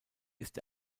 ist